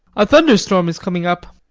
a thunderstorm is coming up.